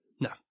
No